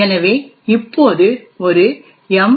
எனவே இப்போது ஒரு எம்